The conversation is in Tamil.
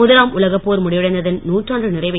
முதலாம் உலகப் போர் முடிவடைந்ததன் நூற்றாண்டு நிறைவை